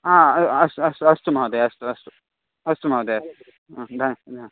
आ अ अस्तु अस्तु अस्तु महोदया अस्तु अस्तु अस्तु महोदया द न